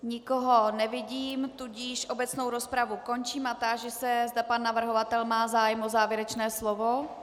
Nikoho nevidím, tudíž obecnou rozpravu končím a táži se, zda pan navrhovatel má zájem o závěrečné slovo.